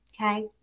Okay